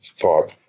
thought